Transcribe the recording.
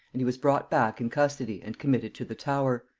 and he was brought back in custody and committed to the tower.